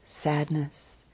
sadness